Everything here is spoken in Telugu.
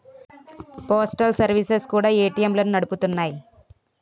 పోస్టల్ సర్వీసెస్ కూడా ఏటీఎంలను నడుపుతున్నాయి